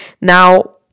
Now